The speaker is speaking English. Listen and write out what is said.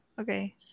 Okay